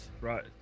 Right